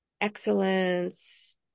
excellence